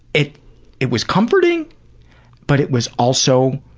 it it was comforting but it was also